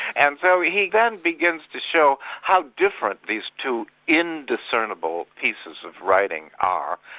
and so he then begins to show how different these two indiscernible pieces of writing are,